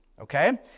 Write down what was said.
okay